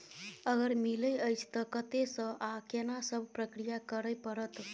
अगर मिलय अछि त कत्ते स आ केना सब प्रक्रिया करय परत?